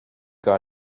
got